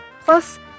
Plus